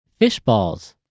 Fishballs